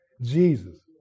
Jesus